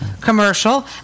commercial